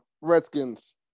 Redskins